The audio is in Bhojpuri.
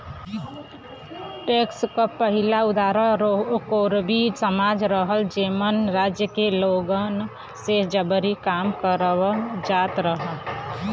टैक्स क पहिला उदाहरण कोरवी समाज रहल जेमन राज्य के लोगन से जबरी काम करावल जात रहल